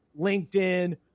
LinkedIn